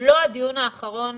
לא הדיון האחרון